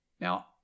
Now